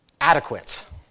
adequate